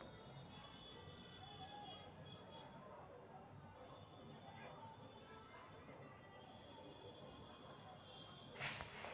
तापमान सौ डिग्री से बेशी होय पर पानी खदके लगइ छै